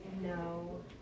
No